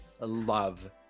love